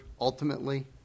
ultimately